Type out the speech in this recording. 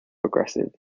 aggressive